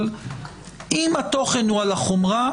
אבל אם התוכן הוא על החומרה,